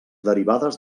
derivades